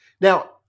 Now